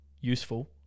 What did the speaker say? useful